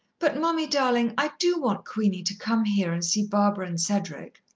but, mummy, darling, i do want queenie to come here and see barbara and cedric.